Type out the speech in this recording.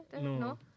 No